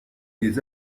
les